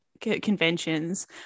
conventions